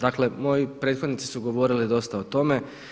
Dakle moji prethodnici su govorili dosta o tome.